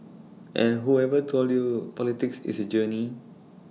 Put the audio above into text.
and whoever told you politics is A journey